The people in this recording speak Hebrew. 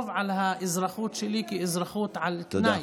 על האזרחות שלי כעל אזרחות על תנאי.